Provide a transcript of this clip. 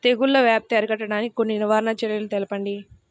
తెగుళ్ల వ్యాప్తి అరికట్టడానికి కొన్ని నివారణ చర్యలు తెలుపండి?